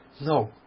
No